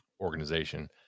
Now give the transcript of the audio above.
organization